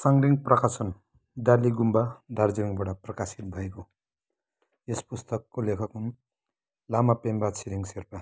साङलिङ प्रकाशन डालि गुम्बा दार्जिलिङबाट प्रकाशित भएको यस पुस्तकको लेखक हुन् लामा पेम्बा छिरिङ शेर्पा